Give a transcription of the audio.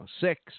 Six